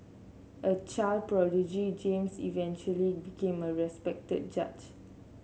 a child prodigy James eventually became a respected judge